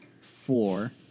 four